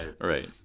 Right